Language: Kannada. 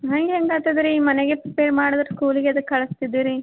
ಹಂಗೆ ಹೆಂಗೆ ಆಗ್ತದ್ ರೀ ಮನೆಯಾಗೆ ಪ್ರಿಪೇರ್ ಮಾಡಿದ್ರ್ ಸ್ಕೂಲಿಗೆ ಎದಕ್ಕೆ ಕಳಿಸ್ತಿದ್ದೀರಿ